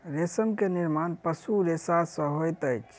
रेशम के निर्माण पशु रेशा सॅ होइत अछि